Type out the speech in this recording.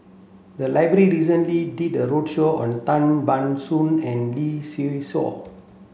the library recently did a roadshow on Tan Ban Soon and Lee Seow Ser